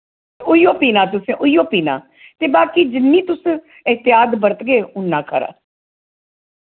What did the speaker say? उइयो पीना तुसैें उइयो पीना ते बाकी जिन्नी तुस ऐह्तियात बरतगे उन्ना खरा